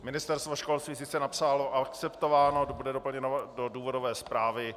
Ministerstvo školství sice napsalo akceptováno, bude doplněno do důvodové zprávy.